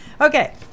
Okay